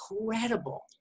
incredible